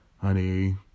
honey